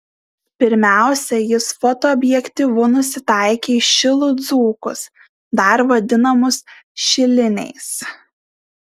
pirmiausia jis fotoobjektyvu nusitaikė į šilų dzūkus dar vadinamus šiliniais